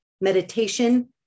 meditation